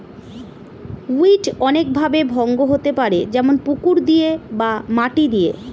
weed অনেক ভাবে ভঙ্গ হতে পারে যেমন পুকুর দিয়ে বা মাটি দিয়ে